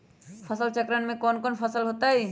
फसल चक्रण में कौन कौन फसल हो ताई?